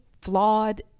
flawed